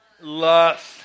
Lust